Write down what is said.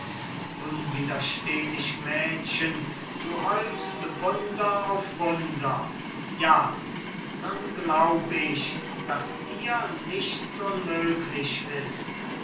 unwiderstehlich mädchen du häufst wunder auf wunder ja nun glaub ich daß dir nichts unmöglich ist